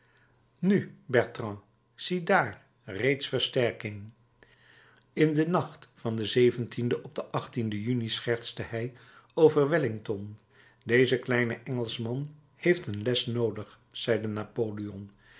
nu bertrand ziedaar reeds versterking in den nacht van den op den juni schertste hij over wellington deze kleine engelschman heeft een les noodig zeide napoleon